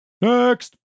Next